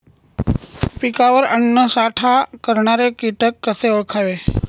पिकावर अन्नसाठा करणारे किटक कसे ओळखावे?